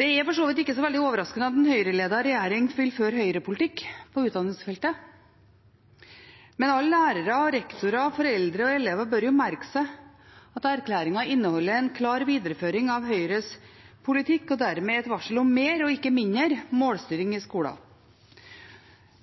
Det er for så vidt ikke så veldig overraskende at en Høyre-ledet regjering vil føre Høyre-politikk på utdanningsfeltet, men alle lærere, rektorer, foreldre og elever bør merke seg at erklæringen inneholder en klar videreføring av Høyres politikk og dermed er et varsko om mer, ikke mindre, målstyring i skolen.